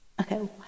Okay